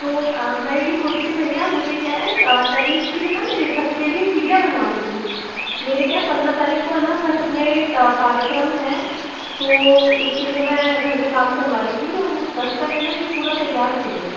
तो मैं ये बोल रही थी भैया मुझे क्या है टेररिस के लिए न मेरे छत के लिए सीढ़ियां बनवानी थी मेरी क्या है पंद्रह तारिख है न घर में कार्यक्रम है तो उसके लिए मैं घर में काम करवा रही थी और मुझे दस तक है न पूरा तैयार चाहिए